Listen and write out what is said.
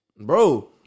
bro